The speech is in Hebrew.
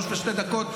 15:02,